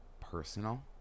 personal